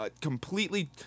completely